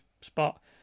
spot